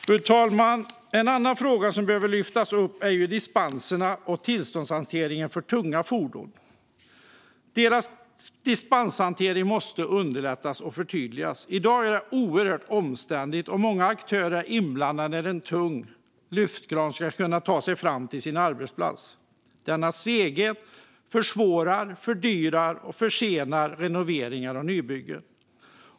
Fru talman! En annan fråga som behöver lyftas upp är dispenserna och tillståndshanteringen för tunga fordon. Dispenshanteringen måste underlättas och förtydligas. I dag är det oerhört omständligt, och många aktörer är inblandade när en tung lyftkran ska kunna ta sig fram till sin arbetsplats. Denna seghet försvårar, fördyrar och försenar renoveringar och nybyggen.